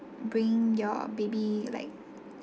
bring your baby like